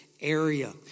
area